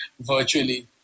virtually